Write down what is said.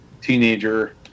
teenager